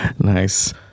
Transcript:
Nice